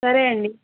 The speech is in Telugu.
సరే అండి